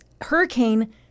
hurricane